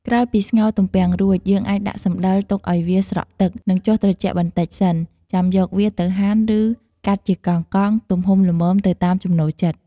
ក្រោយពីស្ងោរទំពាំងរួច យើងអាចដាក់សំដិលទុកឱ្យវាស្រក់ទឹក និងចុះត្រជាក់បន្តិចសិន ចាំយកវាទៅហាន់ ឬ កាត់ជាកង់ៗ ទំហំល្មមទៅតាមចំណូលចិត្ត។